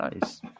Nice